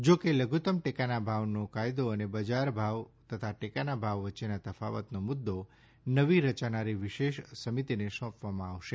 જોકે લધુત્તમ ટેકાના ભાવનો કાયદો અને બજાર ભાવ તથા ટેકાના ભાવ વચ્ચેના તફાવતનો મુદ્દો નવી રચાનારી વિશેષ સમિતિને સોંપવામાં આવશે